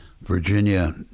Virginia